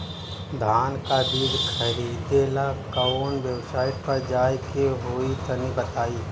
धान का बीज खरीदे ला काउन वेबसाइट पर जाए के होई तनि बताई?